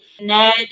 Ned